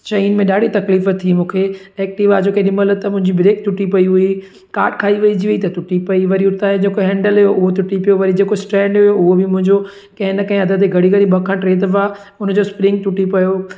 शयुनि में ॾाढी तकलीफ़ थी मूंखे एक्टिवा जो केॾी महिल त मुंहिंजी ब्रेक टूटी पेई हुई काट खाइजी वेई हुई त टूटी पेई वरी हुतां जो जेको हैंडल हुओ उहो टूटी पियो वरी जेको स्टैंड हुओ उहो बि मुंहिंजो कंहिं न कंहिं हंध ते घड़ी घड़ी ॿ खां टे दफ़ा हुनजो स्प्रिंग टूटी पियो